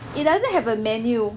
it doesn't have a menu